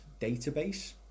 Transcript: database